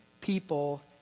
people